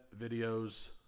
videos